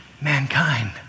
mankind